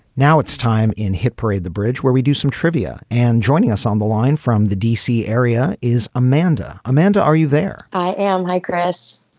now it's time in hit parade the bridge where we do some trivia. and joining us on the line from the d c. area is amanda. amanda are you there. i am. hi chris.